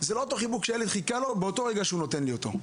זה לא אותו חיבוק שהילד חיכה לו באותו רגע שהוא נותן לי אותו.